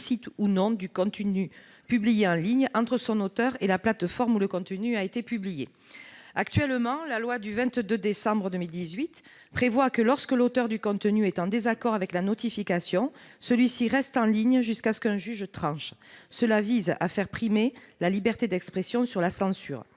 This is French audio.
ou non du contenu publié en ligne entre son auteur et la plateforme où le contenu a été publié. Actuellement, la loi du 22 décembre 2018 prévoit que, lorsque l'auteur du contenu est en désaccord avec la notification, celui-ci reste en ligne jusqu'à ce qu'un juge tranche. Cela vise à faire primer la liberté d'expression sur la censure.